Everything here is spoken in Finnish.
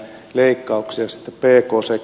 miksi näin